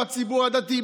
בציבור הדתי,